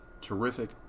terrific